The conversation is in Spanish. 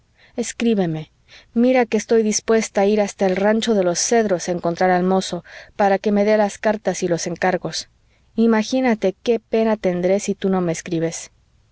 escríbeme mira que estoy dispuesta a ir hasta el rancho de los cedros a encontrar al mozo para que me dé las cartas y los encargos imagínate qué pena tendré si tú no me escribes